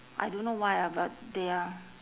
I don't know why ah but they are